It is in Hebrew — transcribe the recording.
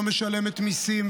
לא משלמת מיסים,